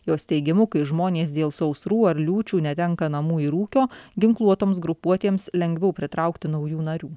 jos teigimu kai žmonės dėl sausrų ar liūčių netenka namų ir ūkio ginkluotoms grupuotėms lengviau pritraukti naujų narių